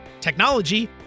technology